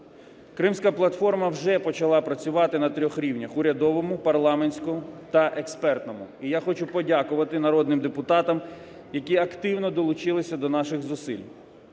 Кримська платформа вже почала працювати на трьох рівнях: урядовому, парламентському та експертному. І я хочу подякувати народним депутатам, які активно долучилися до наших зусиль,